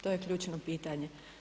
To je ključno pitanje.